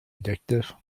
addictive